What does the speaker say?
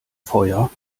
feuer